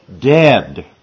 dead